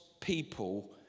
people